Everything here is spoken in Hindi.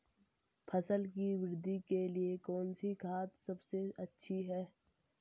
फसल की वृद्धि के लिए कौनसी खाद सबसे अच्छी है?